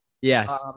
yes